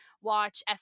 watch